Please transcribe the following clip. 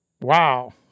wow